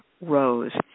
Rose